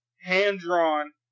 hand-drawn